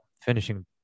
finishing